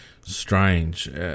strange